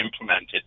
implemented